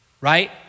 right